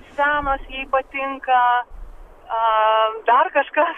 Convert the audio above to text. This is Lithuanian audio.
senos jai patinka a dar kažkas